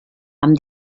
amb